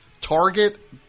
target